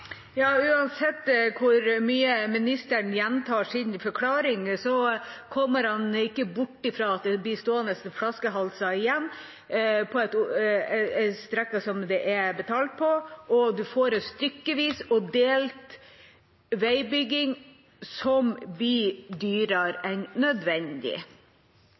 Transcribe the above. Uansett hvor mye ministeren gjentar sine forklaringer, kommer han ikke bort fra at det blir stående igjen noen flaskehalser på de strekkene som har bompengebetaling, og en får en stykkevis og delt veibygging som blir dyrere enn nødvendig.